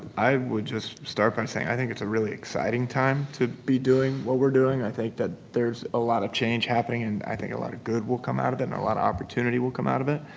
i would just start by saying i think it's a really exciting time to be doing what we're doing. i think that there's a lot of change happening. and i think a lot of good will come out of it, and a lot of opportunity will come out of it.